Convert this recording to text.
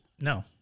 No